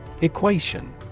Equation